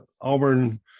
Auburn